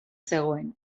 zegoen